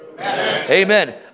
Amen